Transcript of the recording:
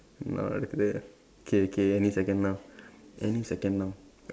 என்ன நடக்குது:enna nadakkuthu K K any second now any second now